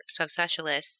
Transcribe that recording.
subspecialists